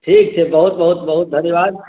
ठीक छै बहुत बहुत बहुत धन्यवाद